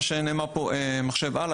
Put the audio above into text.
מחשב-על,